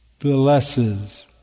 blesses